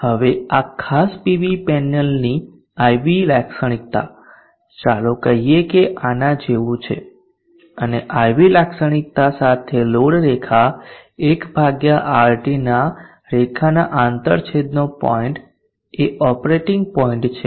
હવે આ ખાસ પીવી પેનલની આ IV લાક્ષણિકતા ચાલો કહીએ કે આના જેવું છે અને IV લાક્ષણિકતા સાથે લોડ રેખા 1 RT રેખાના આંતરછેદનો પોઈન્ટ એ ઓપરેટિંગ પોઈન્ટ છે